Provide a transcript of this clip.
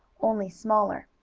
only smaller.